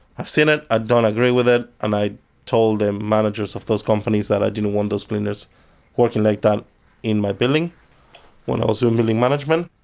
i've seen it. i don't agree with it and i told the managers of those companies that i didn't want those cleaners working like that in my building when i was doing building management.